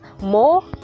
more